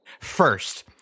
First